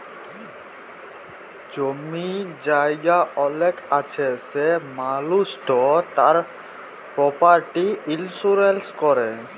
জমি জায়গা অলেক আছে সে মালুসট তার পরপার্টি ইলসুরেলস ক্যরে